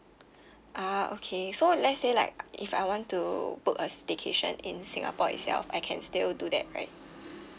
ah okay so let's say like if I want to book a staycation in singapore itself I can still do that right